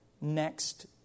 next